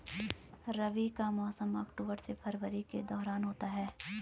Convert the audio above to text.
रबी का मौसम अक्टूबर से फरवरी के दौरान होता है